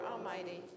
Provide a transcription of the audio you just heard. Almighty